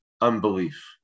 unbelief